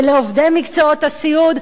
ולעובדי מקצועות הסיעוד,